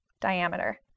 diameter